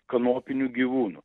kanopinių gyvūnų